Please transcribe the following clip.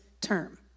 term